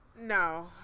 No